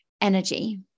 energy